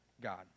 God